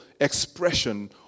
expression